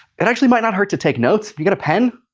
it actually might not hurt to take notes. you got a pen?